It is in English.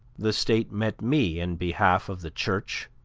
the state met me in behalf of the church,